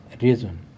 reason